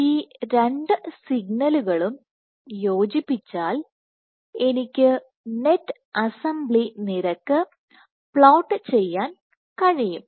ഈ രണ്ട് സിഗ്നലുകളും സംയോജിപ്പിച്ചാൽ എനിക്ക് നെറ്റ് അസംബ്ലി നിരക്ക് പ്ലോട്ട് ചെയ്യാൻ കഴിയും